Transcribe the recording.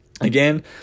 again